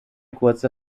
kurze